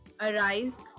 Arise